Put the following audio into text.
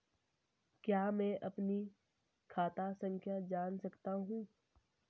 क्या मैं अपनी खाता संख्या जान सकता हूँ?